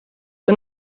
che